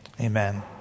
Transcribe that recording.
Amen